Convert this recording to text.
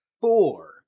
four